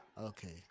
Okay